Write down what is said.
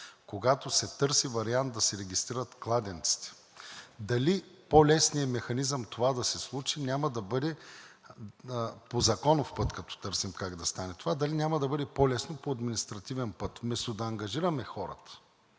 когато се търси вариант да се регистрират кладенците, дали по-лесният механизъм това да се случи няма да бъде по законов път, като търсим как да стане; това дали няма да бъде по-лесно по административен път; вместо да ангажираме хората